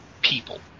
people